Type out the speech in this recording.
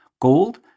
Gold